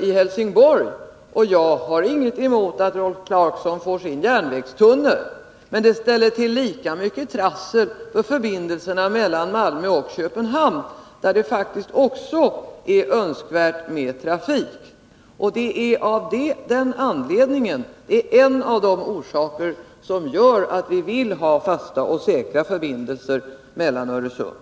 i Helsingborg, och jag har ingenting emot att Rolf Clarkson får sin järnvägstunnel. Men det ställer till lika mycket trassel för förbindelserna mellan Malmö och Köpenhamn, där det faktiskt också är önskvärt med trafik. Det är ett av de skäl som gör att vi vill ha fasta och säkra förbindelser över Öresund.